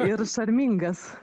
ir šarmingas